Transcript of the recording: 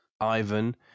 Ivan